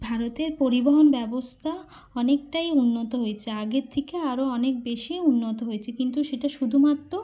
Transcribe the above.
ভারতের পরিবহন ব্যবস্থা অনেকটাই উন্নত হয়েছে আগের থেকে আরো অনেক বেশি উন্নত হয়েছে কিন্তু সেটা শুধুমাত্র